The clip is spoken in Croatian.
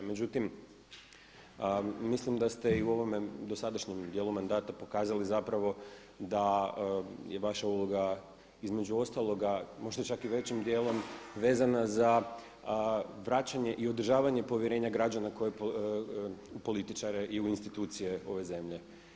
Međutim, mislim da ste i u ovome dosadašnjem djelu mandata pokazali zapravo da je vaša uloga između ostaloga možda čak i većim djelom vezana za vraćanje i održavanje povjerenja građana u političare i u institucije ove zemlje.